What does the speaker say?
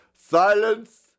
silence